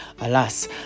Alas